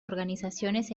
organizaciones